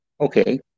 Okay